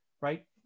right